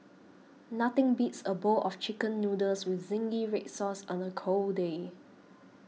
nothing beats a bowl of Chicken Noodles with Zingy Red Sauce on a cold day